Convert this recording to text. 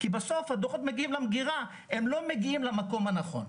כי בסוף הדוחות מגיעים למגירה ולא למקום הנכון.